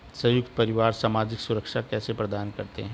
संयुक्त परिवार सामाजिक सुरक्षा कैसे प्रदान करते हैं?